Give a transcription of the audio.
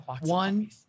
one